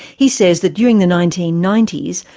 he says that during the nineteen ninety s,